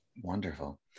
Wonderful